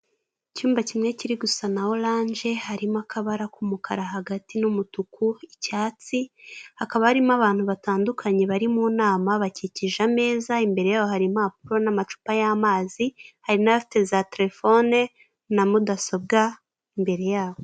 Icyumba kimwe kiri gusa na oranje harimo akabara k'umukara hagati n'umutuku, icyatsi hakaba harimo abantu batandukanye bari mu nama bakikije ameza, imbere yabo hari impapuro n'amacupa yamazi hari nufite za terefone na mudasobwa imbere yabo.